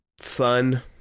fun